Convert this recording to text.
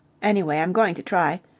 anyway, i'm going to try.